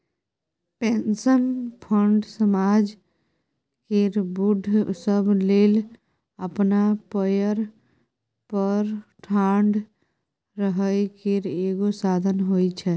pension fund समाज केर बूढ़ सब लेल अपना पएर पर ठाढ़ रहइ केर एगो साधन होइ छै